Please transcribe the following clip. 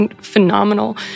phenomenal